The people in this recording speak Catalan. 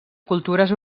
cultures